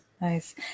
Nice